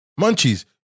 Munchies